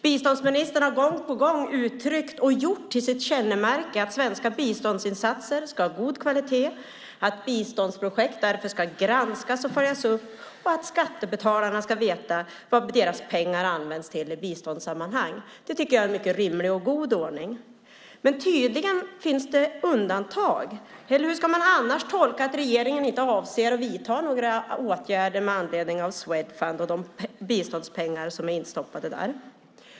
Biståndsministern har gång på gång uttryckt och gjort till sitt kännemärke att svenska biståndsinsatser ska ha god kvalitet, att biståndsprojekt därför ska granskas och följas upp och att skattebetalarna ska veta vad deras pengar används till i biståndssammanhang. Det är en mycket rimlig och god ordning. Men tydligen finns det undantag. Hur ska man annars tolka att regeringen inte avser att vidta några åtgärder med anledning av Swedfund och de biståndspengar som är instoppade där.